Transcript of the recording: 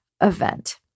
event